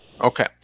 Okay